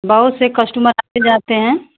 बहुत से कस्टमर आते जाते हैं